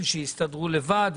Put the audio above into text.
שיסתדרו לבד,